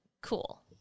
cool